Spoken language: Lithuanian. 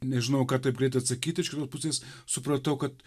nežinau ką taip greit atsakyt iš kitos pusės supratau kad